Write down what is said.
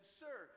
sir